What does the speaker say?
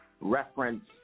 reference